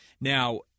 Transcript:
Now